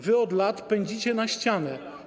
Wy od lat pędzicie na ścianę.